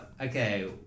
okay